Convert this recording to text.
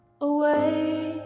Away